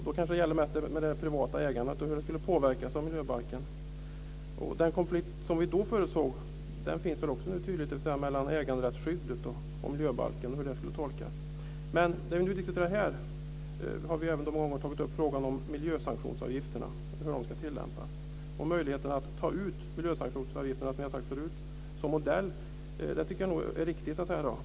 Då kanske det gällde det privata ägandet, att det skulle påverkas av miljöbalken. Den konflikt som vi då förutsåg finns också nu tydligt mellan äganderättsskyddet och miljöbalken och hur det ska tolkas. Men det vi nu diskuterar här och som många har tagit upp är miljösanktionsavgifterna och hur de ska tillämpas. Möjligheten att ta ut miljösanktionsavgifter tycker jag, som jag har sagt förut, som modell är riktig.